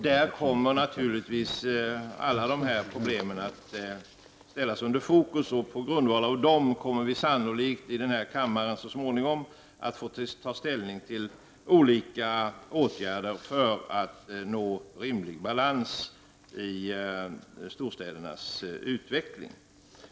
Där kommer naturligtvis alla problem att ställas i fokus och på grundval härav kommer vi sannolikt att här i kammaren så småningom få ta ställning till olika åtgärder för att nå rimlig balans i storstädernas utveckling.